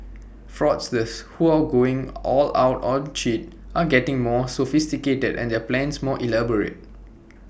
fraudsters who are going all out to cheat are getting more sophisticated and their plans more elaborate